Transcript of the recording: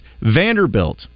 Vanderbilt